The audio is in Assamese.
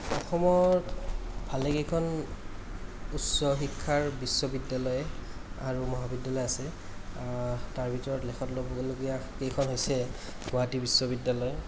অসমত ভালেকেইখন উচ্চ শিক্ষাৰ বিশ্ববিদ্য়ালয় আৰু মহাবিদ্য়ালয় আছে তাৰ ভিতৰত লেখত ল'বলগীয়া কেইখন হৈছে গুৱাহাটী বিশ্ববিদ্য়ালয়